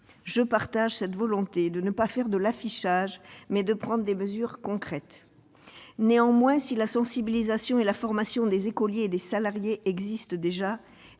Je partage cette volonté de ne pas faire de l'affichage, mais de prendre des mesures concrètes. Néanmoins, si la sensibilisation et la formation des écoliers et des salariés existent déjà,